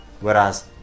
Whereas